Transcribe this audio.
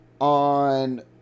on